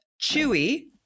chewy